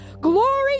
Glory